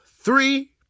three